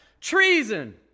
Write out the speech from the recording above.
Treason